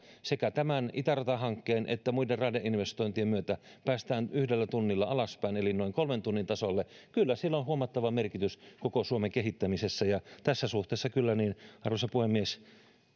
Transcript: sekä tämän itäratahankkeen että muiden raideinvestointien myötä päästään tuolta neljän tunnin tasolta yhdellä tunnilla alaspäin eli noin kolmen tunnin tasolle kyllä sillä on huomattava merkitys koko suomen kehittämisessä tässä suhteessa kyllä arvoisa puhemies